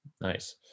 Nice